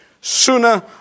sooner